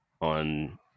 on